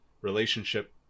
relationship